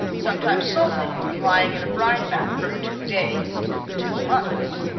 sometimes salty from lying in a brine bath from two days to two months.